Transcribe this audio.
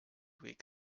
week